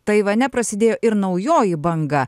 taivane prasidėjo ir naujoji banga